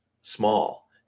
small